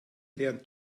lernt